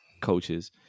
coaches